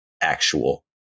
actual